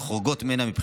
רון שרמן,